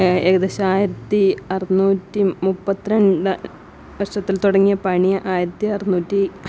ഏകദേശം ആയിരത്തി അറുന്നൂറ്റി മുപ്പത്തി രണ്ടാണ് വർഷത്തിൽ തുടങ്ങിയ പണി ആയിരത്തി അറുന്നൂറ്റി